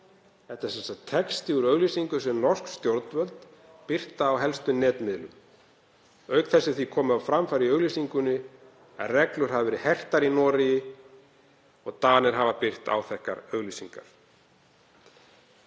Þetta er texti úr auglýsingum sem norsk stjórnvöld birta á helstu netmiðlum. Auk þess er því komið á framfæri í auglýsingunni að reglur hafi verið hertar í Noregi. Danir hafa birt áþekkar auglýsingar.